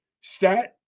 stat